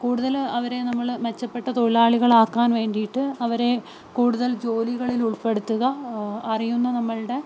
കൂടുതല് അവരെ നമ്മള് മെച്ചപ്പെട്ട തൊഴിലാളികളാക്കാൻ വേണ്ടിയിട്ട് അവരെ കൂടുതൽ ജോലികളിൽ ഉൾപ്പെടുത്തുക അറിയുന്ന നമ്മുടെ